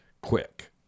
quick